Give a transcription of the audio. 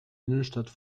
innenstadt